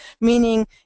meaning